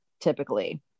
typically